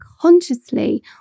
consciously